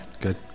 Good